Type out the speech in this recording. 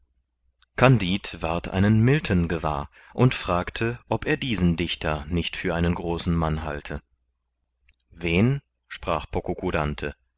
kandid ward einen milton gewahr und fragte ob er diesen dichter nicht für einen großen mann halte wen sprach